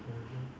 mmhmm